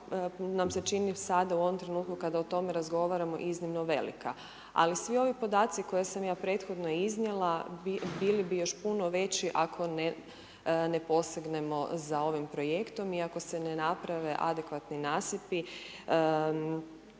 nam se čini sad u ovom trenutku kad o tome razgovaramo iznimno velika, ali svi ovi podaci koje sam ja prethodno iznijela bili bi još puno veći ako ne posegnemo za ovim projektom i ako se ne naprave adekvatni nasipi